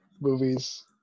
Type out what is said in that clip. movies